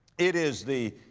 it is the,